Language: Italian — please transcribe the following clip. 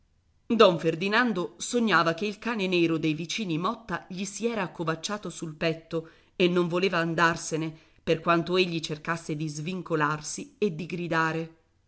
don ferdinando sognava che il cane nero dei vicini motta gli si era accovacciato sul petto e non voleva andarsene per quanto egli cercasse di svincolarsi e di gridare